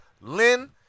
Lynn